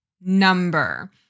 number